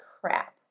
crap